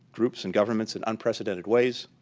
groups and governments in unprecedented ways,